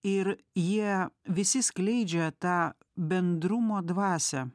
ir jie visi skleidžia tą bendrumo dvasią